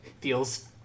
feels